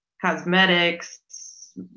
cosmetics